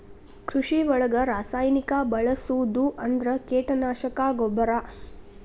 ಕೃಷಿ ಒಳಗ ರಾಸಾಯನಿಕಾ ಬಳಸುದ ಅಂದ್ರ ಕೇಟನಾಶಕಾ, ಗೊಬ್ಬರಾ